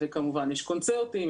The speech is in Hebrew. וכמובן יש קונצרטים,